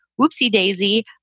whoopsie-daisy